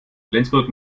flensburg